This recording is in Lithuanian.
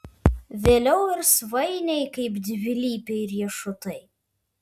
vėliau ir svainiai kaip dvilypiai riešutai